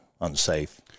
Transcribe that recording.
unsafe